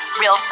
real